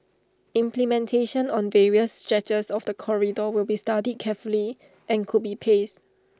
implementation on various stretches of the corridor will be studied carefully and could be paced